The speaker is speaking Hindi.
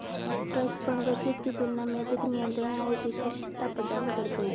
ट्रस्ट फंड वसीयत की तुलना में अधिक नियंत्रण और विशिष्टता प्रदान करते हैं